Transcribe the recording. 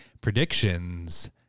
predictions